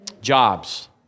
Jobs